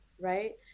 right